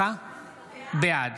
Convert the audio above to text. בעד